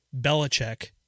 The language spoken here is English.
Belichick